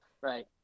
Right